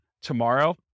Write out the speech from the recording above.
tomorrow